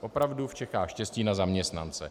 Opravdu v Čechách štěstí na zaměstnance.